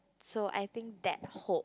so I think that hope